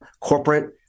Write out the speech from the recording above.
corporate